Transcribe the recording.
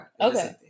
Okay